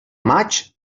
maig